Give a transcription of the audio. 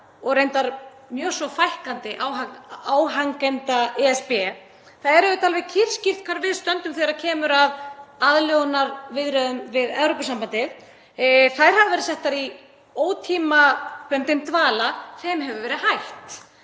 og reyndar mjög svo fækkandi áhangenda ESB. Það er auðvitað alveg kýrskýrt hvar við stöndum þegar kemur að aðlögunarviðræðum við Evrópusambandið: Þær hafa verið settar í ótímabundinn dvala. Þeim hefur verið hætt.